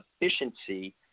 efficiency